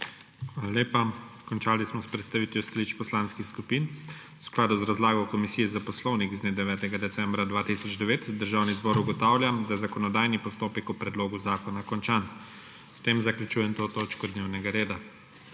Hvala lepa. Končali smo s predstavitvijo stališč poslanskih skupin. V skladu z razlago Komisije za poslovnik z dne 9. decembra 2009 Državni zbor ugotavlja, da je zakonodajni postopek o predlogu zakona končan. S tem zaključujem to točko dnevnega reda.